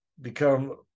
become